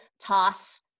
toss